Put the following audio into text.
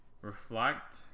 reflect